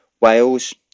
Wales